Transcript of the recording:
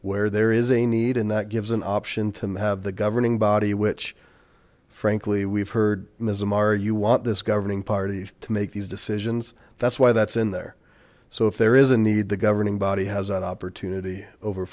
where there is a need and that gives an option to have the governing body which frankly we've heard ms amar you want this governing party to make these decisions that's why that's in there so if there is a need the governing body has an opportunity over